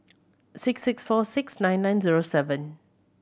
six six four six nine nine zero seven